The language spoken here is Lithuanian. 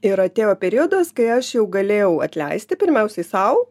ir atėjo periodas kai aš jau galėjau atleisti pirmiausiai sau